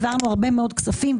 העברנו הרבה מאוד כספים,